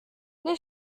les